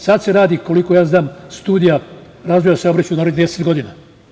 Sad se radi, koliko ja znam, studija razvoja saobraćaja u narednih 10 godina.